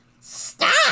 Stop